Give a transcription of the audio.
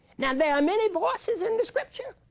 now there are many voices in the scripture